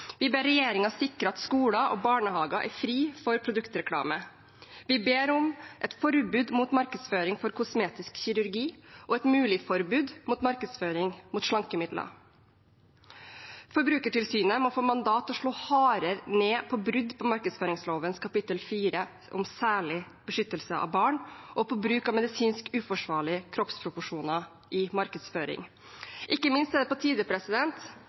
vi. Vi ber regjeringen sikre at skoler og barnehager er fri for produktreklame. Vi ber om et forbud mot markedsføring for kosmetisk kirurgi og et mulig forbud mot markedsføring av slankemidler. Forbrukertilsynet må få mandat til å slå hardere ned på brudd på markedsføringsloven kapittel 4 om særlig beskyttelse av barn og på bruk av medisinsk uforsvarlige kroppsproporsjoner i markedsføring. Ikke minst er det på tide